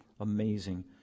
amazing